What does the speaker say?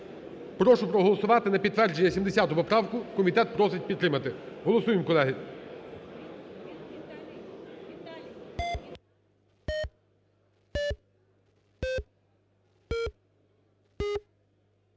Прошу проголосувати на підтвердження 70 поправку, комітет просить підтримати. Голосуємо, колеги.